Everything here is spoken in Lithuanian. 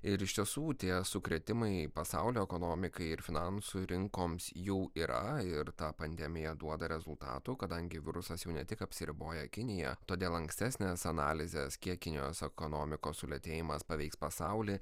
ir iš tiesų tie sukrėtimai pasaulio ekonomikai ir finansų rinkoms jų yra ir ta pandemija duoda rezultatų kadangi virusas jau ne tik apsiriboja kinija todėl ankstesnės analizės kiek kinijos ekonomikos sulėtėjimas paveiks pasaulį